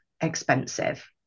expensive